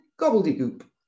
gobbledygook